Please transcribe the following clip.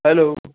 hello